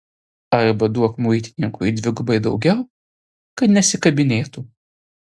arba duok muitininkui dvigubai daugiau kad nesikabinėtų